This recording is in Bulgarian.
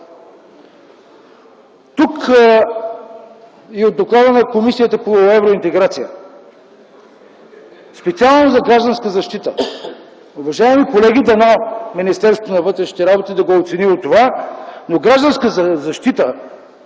Относно доклада на Комисията по евроинтеграция специално за „Гражданска защита”. Уважаеми колеги, дано Министерството на вътрешните работи да е оценило това, но „Гражданска защита”